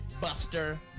Buster